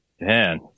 Man